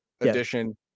edition